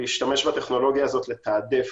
להשתמש בטכנולוגיה הזאת לתעדף.